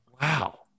wow